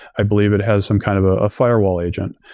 i believe it has some kind of ah f irewall agent.